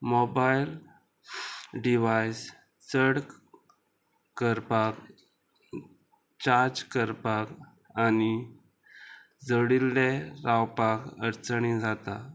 mobile device चड करपाक charge करपाक आनी जडिल्ले रावपाक अडचणी जाता